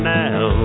now